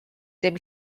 dim